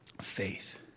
faith